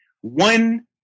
one